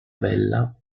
bella